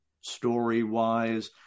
story-wise